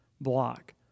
block